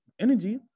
energy